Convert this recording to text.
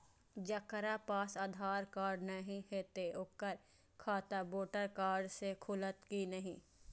जकरा पास आधार कार्ड नहीं हेते ओकर खाता वोटर कार्ड से खुलत कि नहीं?